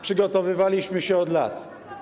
Przygotowywaliśmy się od lat.